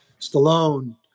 Stallone